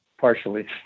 partially